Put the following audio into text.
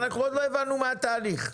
עוד לא הבנו מה התהליך.